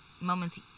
moments